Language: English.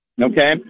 okay